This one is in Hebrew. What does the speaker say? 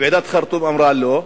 ועידת חרטום אמרה לא.